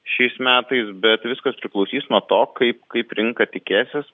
šiais metais bet viskas priklausys nuo to kaip kaip rinka tikėsis